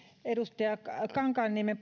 edustaja kankaanniemen